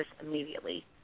immediately